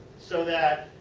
so that,